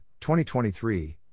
2023